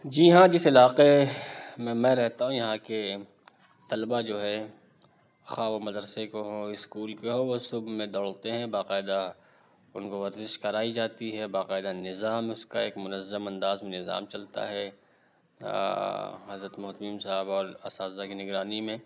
جی ہاں جس علاقے میں میں رہتا ہوں یہاں کے طلباء جو ہے خواہ مدرسے کے ہوں اسکول کے ہوں وہ صُبح میں دوڑتے ہیں باقاعدہ اُن کو ورزش کرائی جاتی ہے باقاعدہ نظام اُس کا ایک منظّم انداز میں نظام چلتا ہے حضرت مہتمم صاحب اور اساتذہ کی نگرانی میں